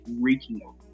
reeking